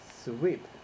sweep